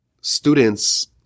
students